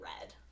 Red